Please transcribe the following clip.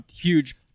huge